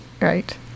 right